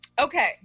Okay